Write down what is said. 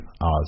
Oz